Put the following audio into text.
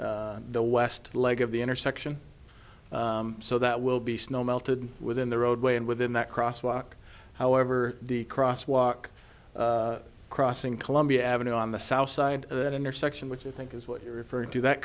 the west leg of the intersection so that will be snow melted within the roadway and within that crosswalk however the crosswalk crossing columbia avenue on the south side of that intersection which i think is what you referred to that